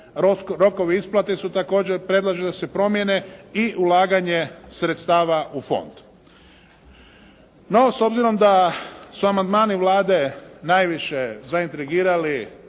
Rokovi isplate su također predloženi da se promijene i ulaganje sredstava u fond. No, s obzirom da su amandmani Vlade najviše zaintegrirali